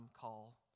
call